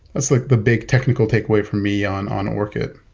that's like the big technical take away from me on on orkut.